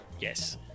Yes